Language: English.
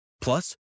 Plus